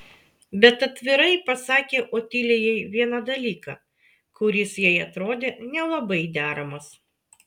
bet atvirai pasakė otilijai vieną dalyką kuris jai atrodė nelabai deramas